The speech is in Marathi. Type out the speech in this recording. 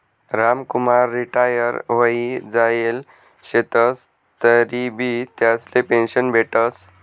रामकुमार रिटायर व्हयी जायेल शेतंस तरीबी त्यासले पेंशन भेटस